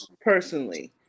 personally